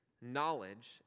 knowledge